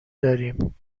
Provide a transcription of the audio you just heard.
داریم